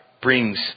brings